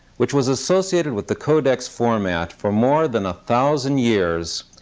which was associated with the codex format for more than a thousand years,